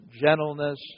gentleness